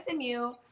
SMU